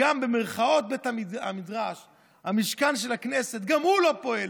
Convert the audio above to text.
"בית המדרש", המשכן של הכנסת, גם הוא לא פועל.